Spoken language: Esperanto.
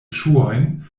ŝuojn